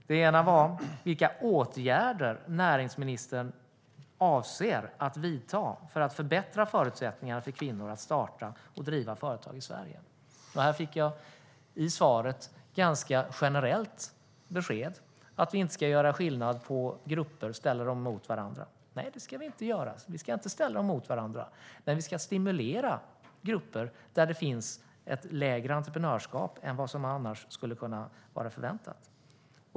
Den ena var vilka åtgärder som näringsministern avser att vidta för att förbättra förutsättningarna för kvinnor att starta och driva företag i Sverige. Här fick jag ett ganska generellt besked att man inte ska göra skillnad på grupper eller ställa dem mot varandra. Nej, det ska vi inte göra, men vi ska stimulera grupper där det finns ett lägre entreprenörskap än vad som annars skulle kunna förväntas.